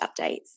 updates